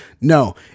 no